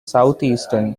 southeastern